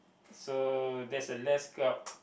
so there's a less crowd